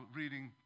reading